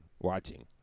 watching